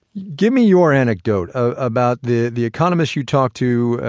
give me your anecdote about the the economist you talked to.